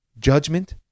judgment